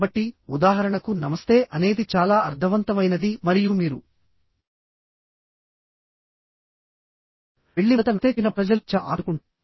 కాబట్టి ఉదాహరణకు నమస్తే అనేది చాలా అర్ధవంతమైనది మరియు మీరు వెళ్లి మొదట నమస్తే చెప్పినప్పుడు ప్రజలు చాలా ఆకట్టుకుంటారు